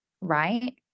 right